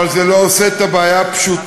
אבל זה לא עושה את הבעיה פשוטה.